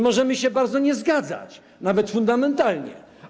Możemy się bardzo nie zgadzać, nawet fundamentalnie.